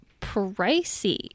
pricey